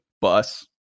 bus